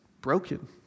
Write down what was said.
broken